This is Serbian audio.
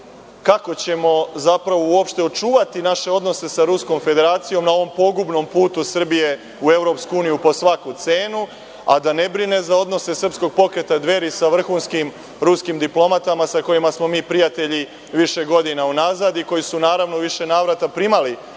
kako ćemo zapravo uopšte očuvati naše odnose sa Ruskom Federacijom na ovom pogubnom putu Srbije u EU po svaku cenu, a da ne brine za odnose Srpskog pokreta Dveri sa vrhunskim ruskim diplomatama, sa kojima smo mi prijatelji više godina unazad i koji su, naravno, u više navrata primali